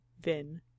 Vin